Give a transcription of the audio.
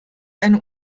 eine